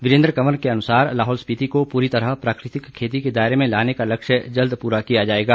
वीरेन्द्र कवर के अनुसार लाहौल स्पीति को पूरी तरह प्राकृतिक खेती के दायरे में लाने का लक्ष्य जल्द पूरा किया जाएगा